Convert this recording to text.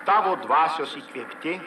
tavo dvasios įkvėpti